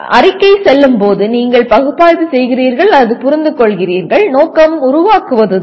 அறிக்கை செல்லும்போது நீங்கள் பகுப்பாய்வு செய்கிறீர்கள் அல்லது புரிந்து கொள்கிறீர்கள் நோக்கம் உருவாக்குவதுதான்